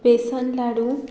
बेसन लाडू